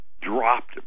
dropped